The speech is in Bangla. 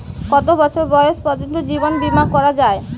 কত বছর বয়স পর্জন্ত জীবন বিমা করা য়ায়?